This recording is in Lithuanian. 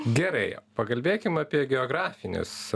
gerai pakalbėkim apie geografinius